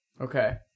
Okay